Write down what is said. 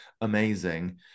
amazing